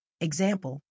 Example